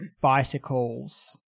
bicycles